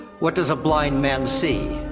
what does a blind man see?